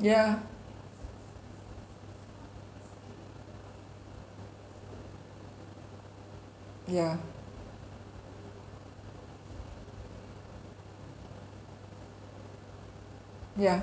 yeah yeah yeah